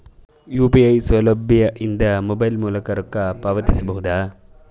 UPI ಸೌಲಭ್ಯ ಇಂದ mobile ಮೂಲಕ ರೊಕ್ಕ ಪಾವತಿಸ ಬಹುದಾ?